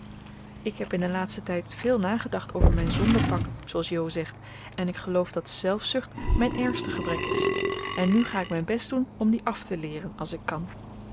ik heb in den laatsten tijd veel nagedacht over mijn zondenpak zooals jo zegt en ik geloof dat zelfzucht mijn ergste gebrek is en nu ga ik mijn best doen om die af te leeren als ik kan